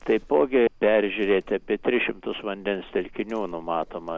taipogi peržiūrėti apie tris šimtus vandens telkinių numatoma